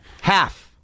Half